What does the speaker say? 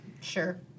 Sure